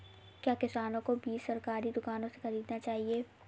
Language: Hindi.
क्या किसानों को बीज सरकारी दुकानों से खरीदना चाहिए?